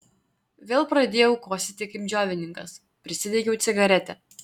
vėl pradėjau kosėti kaip džiovininkas prisidegiau cigaretę